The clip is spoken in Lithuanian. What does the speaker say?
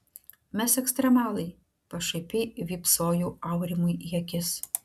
mes ekstremalai pašaipiai vypsojau aurimui į akis